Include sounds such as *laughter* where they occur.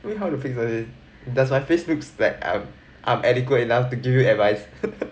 wait how to fix your face does my face looks like I'm I'm adequate enough to give you advice *laughs*